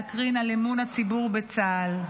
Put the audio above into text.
להקרין על אמון הציבור בצה"ל.